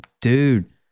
Dude